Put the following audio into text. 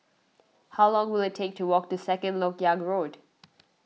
how long will it take to walk to Second Lok Yang Road